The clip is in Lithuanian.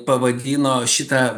pavadino šitą